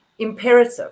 imperative